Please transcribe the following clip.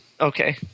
Okay